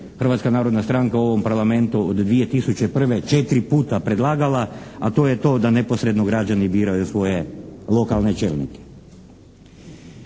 Hrvatska narodna stranka u ovom parlamentu od 2001. četiri puta predlagala, a to je to da neposredno građani biraju svoje lokalne čelnike.